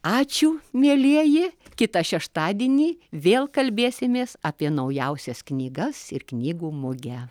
ačiū mielieji kitą šeštadienį vėl kalbėsimės apie naujausias knygas ir knygų mugę